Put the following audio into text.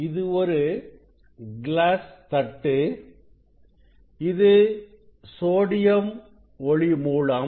இது ஒரு கிளாஸ் தட்டு இது சோடியம் ஒளி மூலம்